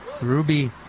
Ruby